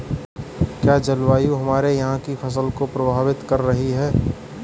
क्या जलवायु हमारे यहाँ की फसल को प्रभावित कर रही है?